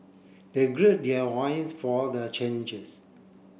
they gird their loins for the callenges